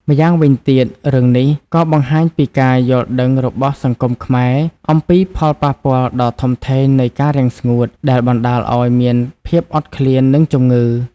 ម្យ៉ាងវិញទៀត រឿងនេះក៏បង្ហាញពីការយល់ដឹងរបស់សង្គមខ្មែរអំពីផលប៉ះពាល់ដ៏ធំធេងនៃការរាំងស្ងួត ដែលបណ្ដាលឱ្យមានភាពអត់ឃ្លាន និងជំងឺ ។